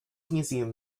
museum